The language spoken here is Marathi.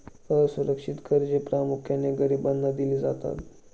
असुरक्षित कर्जे प्रामुख्याने गरिबांना दिली जातात